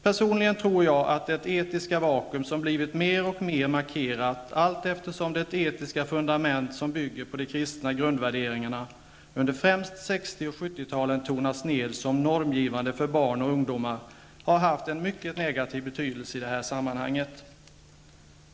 Personligen tror jag att det etiska vakuum som blivit mer och mer markerat allteftersom det etiska fundament som bygger på de kristna grundvärderingarna under främst 1960 och 1970 talen tonats ned som normgivande för barn och ungdomar har haft mycket negativ betydelse i det här sammanhanget.